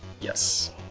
Yes